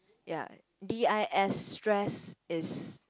ya D I S stress is